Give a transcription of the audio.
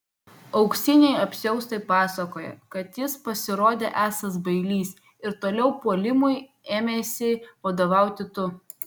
auksiniai apsiaustai pasakoja kad jis pasirodė esąs bailys ir toliau puolimui ėmeisi vadovauti tu